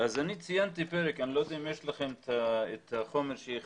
אני לא יודע אם יש לכם את החומר שהכנתי.